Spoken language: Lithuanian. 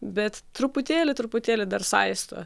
bet truputėlį truputėlį dar saisto